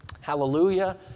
Hallelujah